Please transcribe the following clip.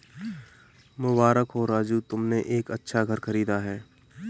मुबारक हो राजू तुमने एक अच्छा घर खरीदा है